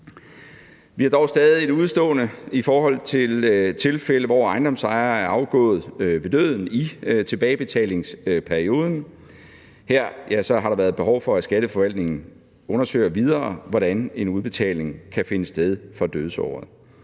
Vi har dog stadig et udestående i forhold til de tilfælde, hvor ejendomsejere er afgået ved døden i tilbagebetalingsperioden. Her har der været behov for, at skatteforvaltningen undersøger videre, hvordan en udbetaling kan finde sted for dødsåret.